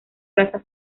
plaza